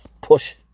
push